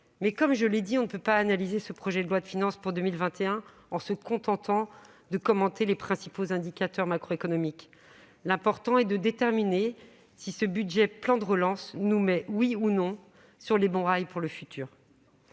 Cela étant, je l'ai dit, on ne peut pas analyser le projet de loi de finances pour 2021 en se contentant de commenter les principaux indicateurs macroéconomiques. L'important est de déterminer si le budget du plan de relance nous met, oui ou non, sur de bons rails pour l'avenir.